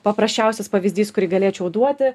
paprasčiausias pavyzdys kurį galėčiau duoti